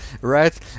right